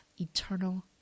eternal